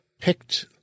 picked